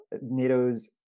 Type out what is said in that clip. NATO's